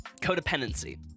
codependency